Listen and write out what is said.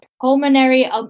pulmonary